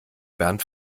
bernd